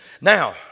Now